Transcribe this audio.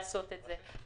לעשות את זה.